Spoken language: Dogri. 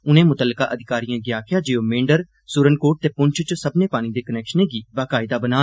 उनें मुत्तलका अधिकारियें गी आक्खेआ जे ओ मेंढर सुरनकोट ते पुछ च सब्बनें पानी दे कनैक्शनें गी बाकायदा बनान